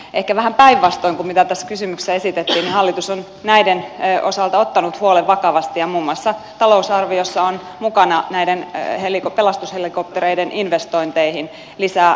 ehkä vähän päinvastoin kuin tässä kysymyksessä esitettiin hallitus on näiden osalta ottanut huolen vakavasti ja muun muassa talousarviossa on mukana näiden pelastushelikopterei den investointeihin lisää